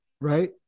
right